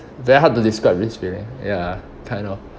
very hard to describe this feeling ya kind of